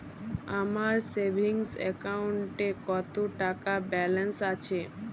আমার সেভিংস অ্যাকাউন্টে কত টাকা ব্যালেন্স আছে?